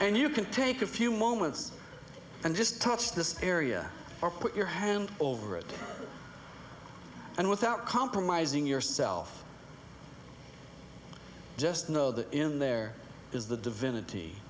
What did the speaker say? and you can take a few moments and just touch this area or put your hand over it and without compromising yourself just know that in there is the divinity